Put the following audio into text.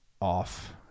off